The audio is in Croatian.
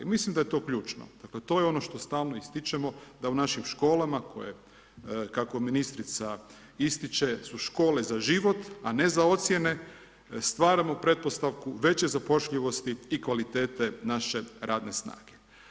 Mislim da je to ključno, dakle to je ono što stalno ističemo da u našim školama koje, kako ministrica ističe su škole za život a ne za ocjene, stvaramo pretpostavku veće zapošljivosti i kvalitete naše radne snage.